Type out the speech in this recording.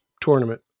tournament